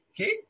Okay